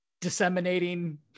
disseminating